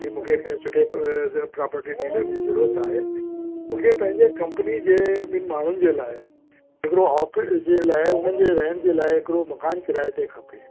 की मूंखे कंहिं सुठे प्रॉपर्टी डीलर जी ज़रूरत आहे मूंखे पंहिंजे कंपनी जे ॿिनि माण्हुनि जे लाइ हिकिड़ो ऑफ़िस जे लाइ हुननि जे रहण जे लाइ हिकिड़ो मकानु किराए ते खपे